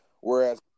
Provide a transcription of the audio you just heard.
Whereas